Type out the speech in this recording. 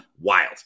wild